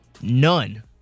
None